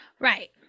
Right